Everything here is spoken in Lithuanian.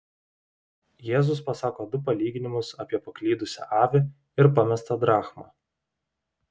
jėzus pasako du palyginimus apie paklydusią avį ir pamestą drachmą